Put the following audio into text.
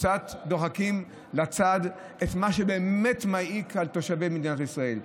קצת דוחקים לצד את מה שבאמת מעיק על תושבי מדינת ישראל.